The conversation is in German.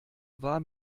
war